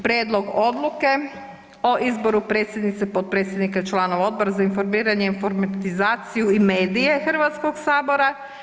Prijedlog odluke o izboru predsjednice, potpredsjednika i članova Odbora za informiranje, informatizaciju i medije Hrvatskog sabora.